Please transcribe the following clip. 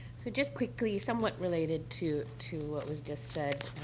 so, just quickly, somewhat related to to what was just said,